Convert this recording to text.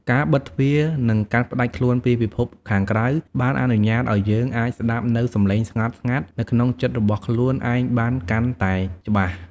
ការបិទទ្វារនិងកាត់ផ្តាច់ខ្លួនពីពិភពខាងក្រៅបានអនុញ្ញាតឱ្យយើងអាចស្តាប់នូវសំឡេងស្ងាត់ៗនៅក្នុងចិត្តរបស់ខ្លួនឯងបានកាន់តែច្បាស់។